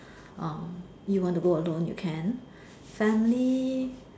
um you want to go alone you can family